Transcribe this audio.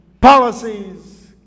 policies